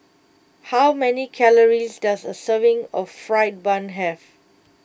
how many calories does a serving of Fried Bun have